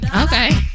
Okay